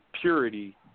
purity